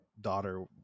daughter